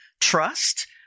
trust